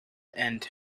and